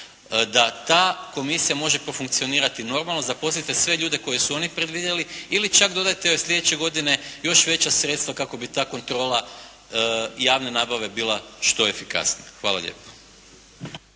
da ta komisija može profunkcionirati normalno. Zaposlite sve ljude koje su oni predvidjeli ili čak dodajte sljedeće godine još veća sredstva kako bi ta kontrola javne nabave bila što efikasnija. Hvala lijepa.